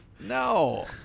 No